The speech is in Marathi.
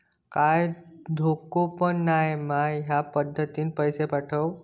काय धोको पन नाय मा ह्या पद्धतीनं पैसे पाठउक?